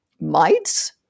mites